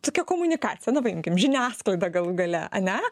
tokia komunikacija na paimkim žiniasklaida galų gale ane